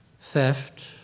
theft